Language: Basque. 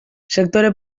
sektore